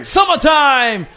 Summertime